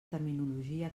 terminologia